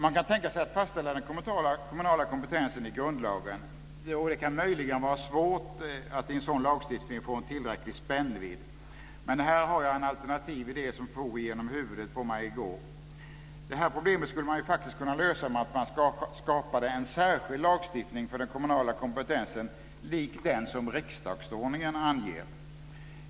Man kan tänka sig att fastställa den kommunala kompetensen i grundlagen. Det kan möjligen vara svårt att i en sådan lagstiftning få en tillräcklig spännvidd. Men här har jag en alternativ idé som for genom huvudet på mig i går. Det här problemet skulle man faktiskt kunna lösa genom att man skapade en särskild lagstiftning för den kommunala kompetensen, lik den som riksdagsordningen anger.